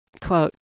quote